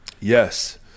Yes